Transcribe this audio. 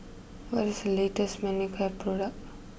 what is the latest Manicare product